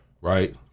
right